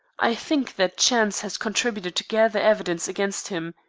i think that chance has contributed to gather evidence against him.